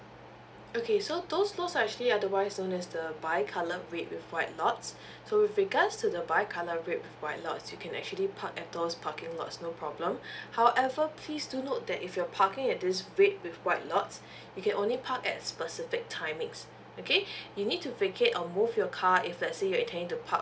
okay so those lots are actually otherwise known as the bi colour red with white lots so with regards to the bi colour red with white lots you can actually park at those parking lots no problem however please do note that if you're parking at this red with white lots you can only park at specific timings okay you need to vacate or move your car if let's say you intending to park